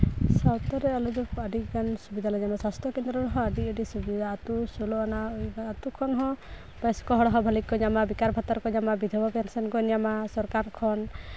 ᱥᱟᱶᱛᱟ ᱨᱮ ᱟᱞᱮᱫᱚ ᱟᱹᱰᱤᱜᱟᱱ ᱥᱩᱵᱤᱫᱷᱟᱞᱮ ᱧᱟᱢᱟ ᱥᱟᱥᱛᱷᱚ ᱠᱮᱱᱫᱨᱚ ᱨᱮᱦᱚᱸ ᱟᱹᱰᱤ ᱟᱹᱰᱤ ᱥᱩᱵᱤᱫᱷᱟ ᱟᱹᱛᱩ ᱥᱳᱞᱳ ᱟᱱᱟ ᱟᱹᱛᱩ ᱠᱷᱚᱱᱦᱚᱸ ᱵᱚᱭᱚᱥᱠᱚ ᱦᱚᱲᱦᱚᱸ ᱵᱷᱟᱹᱞᱤ ᱜᱮᱠᱚ ᱧᱟᱢᱟ ᱵᱮᱠᱟᱨ ᱵᱷᱟᱛᱟ ᱠᱚ ᱧᱟᱢᱟ ᱵᱤᱫᱷᱚᱵᱟ ᱯᱮᱱᱥᱮᱱ ᱠᱚ ᱧᱟᱢᱟ ᱥᱚᱨᱠᱟᱨ ᱠᱷᱚᱱ